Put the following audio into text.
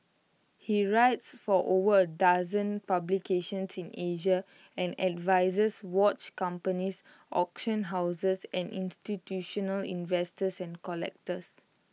he writes for over A dozen publications in Asia and advises watch companies auction houses and institutional investors and collectors